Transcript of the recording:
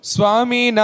Swami